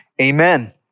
amen